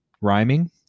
rhyming